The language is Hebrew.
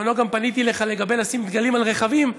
בזמנו גם פניתי אליך לגבי לשים דגלים על רכבים.